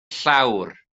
llawr